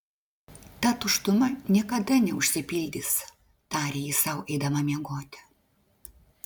ta tuštuma niekada neužsipildys tarė ji sau eidama miegoti